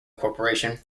corporation